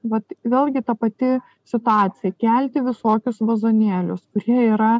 vat vėlgi ta pati situacija kelti visokius vazonėlius kurie yra